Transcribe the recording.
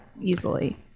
easily